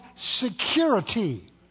security